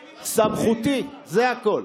סמכותי, זה הכול.